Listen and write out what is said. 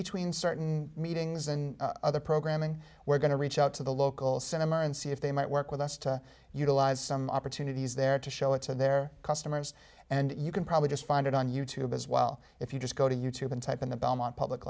between certain meetings and other programming we're going to reach out to the local cinema and see if they might work with us to utilize some opportunities there to show it to their customers and you can probably just find it on you tube as well if you just go to youtube and type in the belmont public